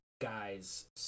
guys